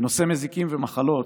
בנושא מזיקים ומחלות,